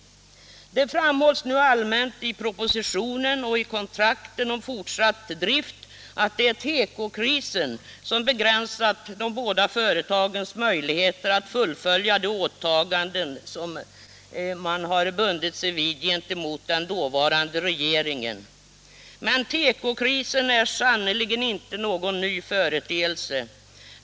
Det framhålls nu allmänt i propositionen och i kontrakten om fortsatt drift, att det är tekokrisen som har begränsat de båda företagens möjligheter att fullfölja de åtaganden som man har bundit sig vid gentemot den dåvarande regeringen. Men tekokrisen är sannerligen inte någon ny företeelse.